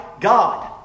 God